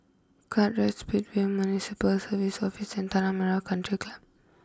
Kartright Speedway Municipal Services Office and Tanah Merah country Club